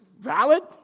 valid